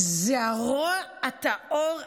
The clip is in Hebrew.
זה הרוע הטהור,